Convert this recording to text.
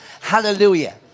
Hallelujah